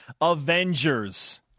avengers